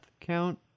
count